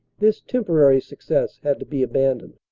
this temporary success had to be abandoned.